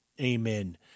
Amen